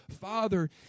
father